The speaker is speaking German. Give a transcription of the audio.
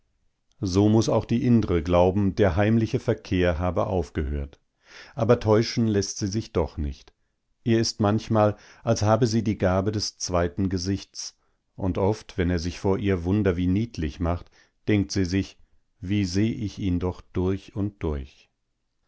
so muß auch die indre glauben der heimliche verkehr habe aufgehört aber täuschen läßt sie sich doch nicht ihr ist manchmal als habe sie die gabe des zweiten gesichts und oft wenn er sich vor ihr wunder wie niedlich macht denkt sie sich wie seh ich ihn doch durch und durch